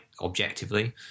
objectively